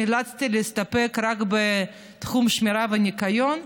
נאלצתי להסתפק רק בתחום שמירה וניקיון,